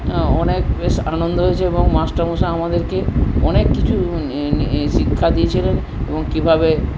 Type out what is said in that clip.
অনেক বেশ আনন্দ হয়েছে এবং মাস্টারমশাই আমাদেরকে অনেক কিছু শিক্ষা দিয়েছিলেন এবং কীভাবে